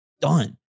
done